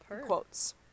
Quotes